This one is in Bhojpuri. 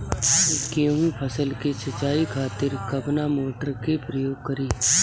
गेहूं फसल के सिंचाई खातिर कवना मोटर के प्रयोग करी?